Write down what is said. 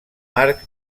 marc